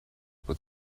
but